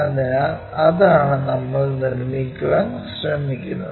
അതിനാൽ അതാണ് നമ്മൾ നിർമ്മിക്കാൻ ശ്രമിക്കുന്നത്